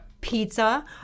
pizza